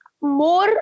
more